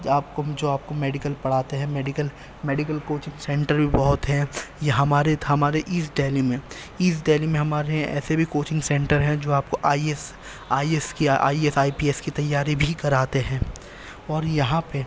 کہ آپ کو جو آپ کو میڈیکل پڑھاتے ہیں میڈیکل میڈیکل کوچنگ سینٹر بھی بہت ہیں یہ ہمارے ہمارے ایسٹ دہلی میں ایسٹ دہلی میں ہمارے ایسے بھی کوچنگ سینٹر ہیں جو آپ كو آئی ایس آئی ایس كی I S I P S كی تیاری بھی کراتے ہیں اور یہاں پہ